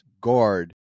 guard